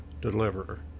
deliverer